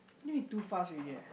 think we too fast already eh